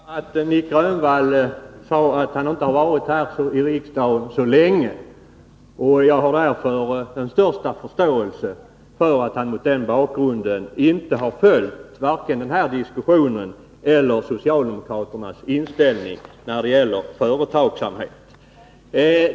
Herr talman! Jag noterar att Nic Grönvall sade att han inte hade varit i riksdagen så länge. Jag har därför den största förståelse för att han mot den bakgrunden inte har följt vare sig den här diskussionen eller socialdemokraternas inställning när det gäller företagsamhet.